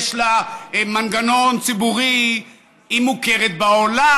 יש לה מנגנון ציבורי, היא מוכרת בעולם,